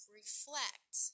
reflect